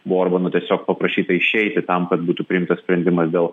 buvo orbano tiesiog paprašyta išeiti tam kad būtų priimtas sprendimas dėl